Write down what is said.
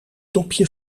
dopje